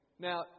Now